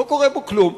לא קורה בו כלום.